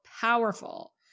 powerful